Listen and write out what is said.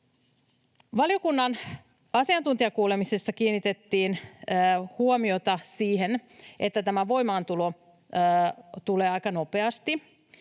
Valiokunnan asiantuntijakuulemisessa kiinnitettiin huomiota siihen, että tämä voimaantulo tulee aika nopeasti.